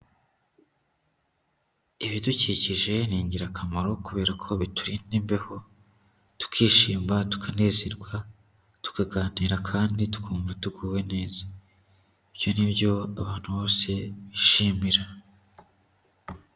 Ibidukikije ni ingirakamaro kubera ko biturinda imbeho, tukishima, tukanezerwa, tukaganira kandi tukumva duguwe neza. Ibyo ni byo abantu bose bishimira.